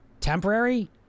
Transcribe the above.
temporary